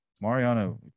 Mariano